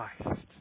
Christ